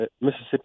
Mississippi